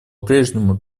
прежнему